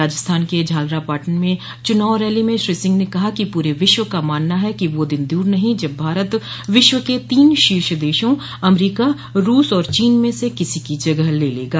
राजस्थान के झालरापाटन में चुनाव रैली में श्री सिंह ने कहा कि पूरे विश्व का मानना है कि वह दिन दूर नहीं जब भारत विश्व के तीन शीर्ष देशों अमरीका रूस और चीन में से किसी की जगह ले लेगा